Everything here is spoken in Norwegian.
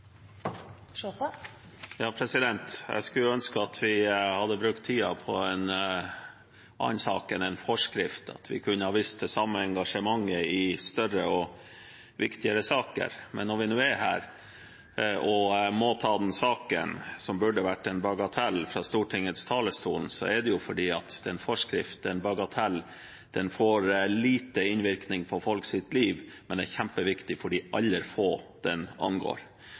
Jeg skulle ønske at vi hadde brukt tiden på en annen sak enn en forskrift, at vi kunne vist det samme engasjementet i større og viktigere saker. Men når vi nå er her og jeg må ta denne saken – som burde vært en bagatell – fra Stortingets talerstol, er det fordi en forskrift, en bagatell, får lite innvirkning på folks liv, men er kjempeviktig for de få den angår.